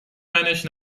تنش